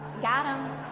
got em.